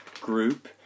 group